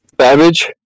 Savage